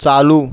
चालू